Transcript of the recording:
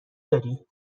داری